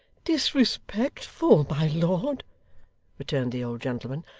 disrespectful, my lord returned the old gentleman.